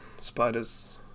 spiders